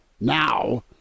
now